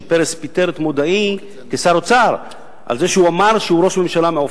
פרס פיטר את מודעי כשר אוצר על זה שהוא אמר שהוא ראש ממשלה מעופף.